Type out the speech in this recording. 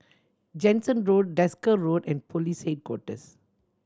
Jansen Road Desker Road and Police Headquarters